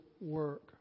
work